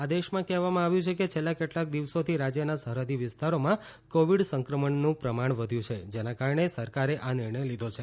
આદેશમાં કહેવામાં આવ્યું છે કે છેલ્લાં કેટલાક દિવસોથી રાજ્યના સરહદી વિસ્તારોમાં કોવિડ સંક્રમણનું પ્રમાણ વધ્યું છે જેના કારણે સરકારે આ નિર્ણય લીધો છે